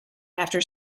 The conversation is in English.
after